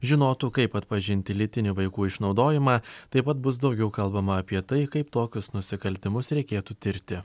žinotų kaip atpažinti lytinį vaikų išnaudojimą taip pat bus daugiau kalbama apie tai kaip tokius nusikaltimus reikėtų tirti